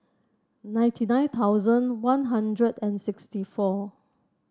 ninety nine thousand One Hundred and sixty four